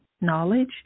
knowledge